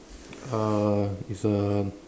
uh it's a